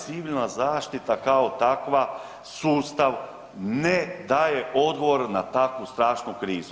Civilna zaštita kao takva sustav ne daje odgovor na takvu strašnu krizu.